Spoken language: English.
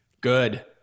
Good